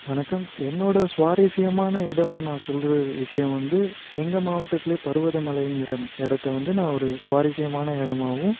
வணக்கம் என்னோட சுவாரசியமான இடமுன்னு நான் சொல்ற விஷயம் வந்து எங்கள் மாவட்டத்துலேயே பர்வதமலைங்குற இடத்த வந்து நான் ஒரு சுவாரசியமான இடமாவும்